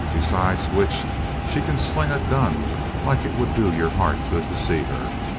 besides which she can sling a gun like it would do your heart good to see her!